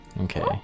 Okay